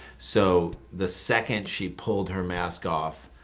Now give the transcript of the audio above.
so the second she pulled her mask off,